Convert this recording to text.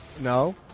No